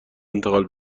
انتقال